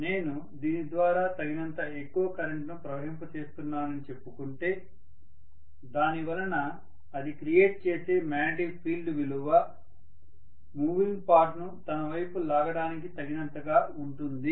నేను దీని ద్వారా తగినంత ఎక్కువ కరెంటును ప్రవహింప చేస్తున్నానని చెప్పుకుంటే దానివలన అది క్రియేట్ చేసే మ్యాగ్నెటిక్ ఫీల్డ్ విలువ మూవింగ్ పార్ట్ ను తనవైపు లాగడానికి తగినంతగా ఉంటుంది